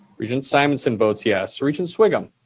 regent simonson votes yes. regent sviggum?